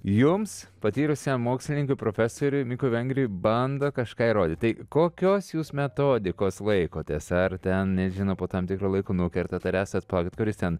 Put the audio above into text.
jums patyrusiam mokslininkui profesoriui mikui vengriui bando kažką įrodyti tai kokios jūs metodikos laikotės ar ten nežinau po tam tikro laiko nukertat ar esat palaukit kuris ten